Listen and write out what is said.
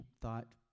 thought